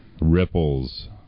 ripples